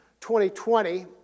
2020